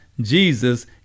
Jesus